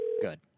Good